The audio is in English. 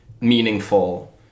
meaningful